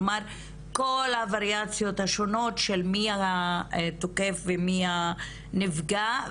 כלומר כל הווריאציות השונות של מי התוקף ומי הנפגע.